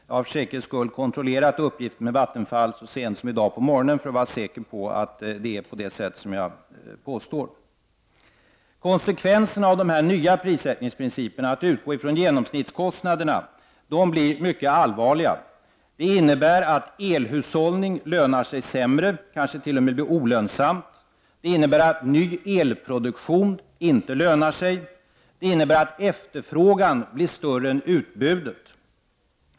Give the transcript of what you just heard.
Jag har för säkerhets skull kontrollerat uppgiften med Vattenfall så sent som i dag på morgonen för att vara säker på att det är på det sätt som jag påstår. Konsekvenserna av de nya prissättningsprinciperna, att utgå från genomsnittskostnaderna, blir mycket allvarliga. Det innebär att elhushållning lönar sig sämre och kanske t.o.m. blir olönsam. Det innebär att ny elproduktion inte lönar sig och att efterfrågan blir större än utbudet.